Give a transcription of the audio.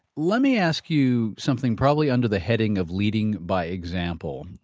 let me ask you something probably under the heading of leading by example.